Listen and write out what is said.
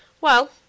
Well